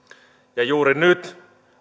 juuri nyt